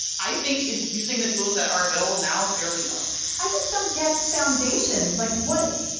i think, is using the tools that are available now fairly well i just don't get foundations. like what?